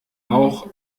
auch